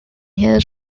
here